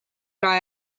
ära